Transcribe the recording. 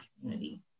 community